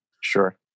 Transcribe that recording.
sure